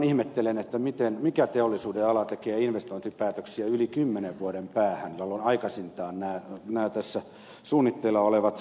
minä vaan ihmettelen mikä teollisuudenala tekee investointipäätöksiä yli kymmenen vuoden päähän jolloin aikaisintaan nämä tässä suunnitteilla olevat ydinvoimalat valmistuvat